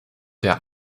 der